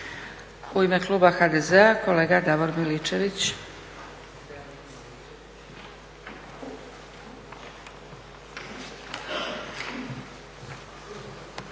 U ime kluba HDZ-a kolega Davor Miličević.